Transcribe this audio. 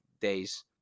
days